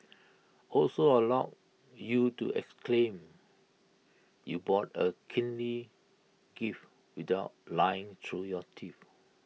also allows you to exclaim you bought A kingly gift without lying through your teeth